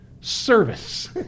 service